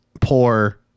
poor